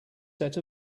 set